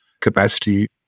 capacity